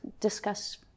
discuss